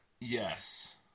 Yes